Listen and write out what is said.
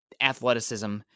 athleticism